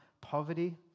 poverty